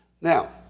Now